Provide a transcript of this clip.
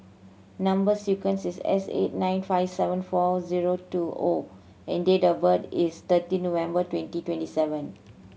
number sequence is S eight nine five seven four zero two O and date of birth is thirty November twenty twenty seven